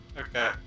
Okay